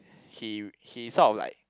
he he sort of like